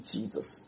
Jesus